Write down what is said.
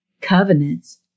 covenants